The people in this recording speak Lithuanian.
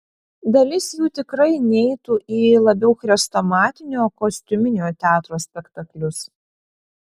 dalis jų tikrai neitų į labiau chrestomatinio kostiuminio teatro spektaklius